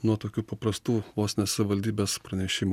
nuo tokių paprastų vos ne savivaldybės pranešimų